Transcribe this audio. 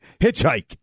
Hitchhike